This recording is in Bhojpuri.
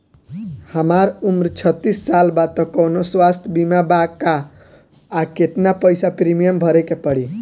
हमार उम्र छत्तिस साल बा त कौनों स्वास्थ्य बीमा बा का आ केतना पईसा प्रीमियम भरे के पड़ी?